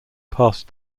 passed